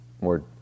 more